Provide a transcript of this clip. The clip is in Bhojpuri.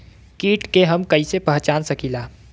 कीट के हम कईसे पहचान सकीला